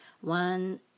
one